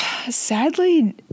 Sadly